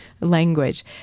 language